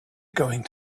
going